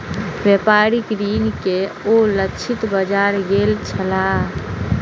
व्यापारिक ऋण के ओ लक्षित बाजार गेल छलाह